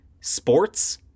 sports